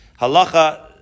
Halacha